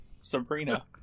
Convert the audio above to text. Sabrina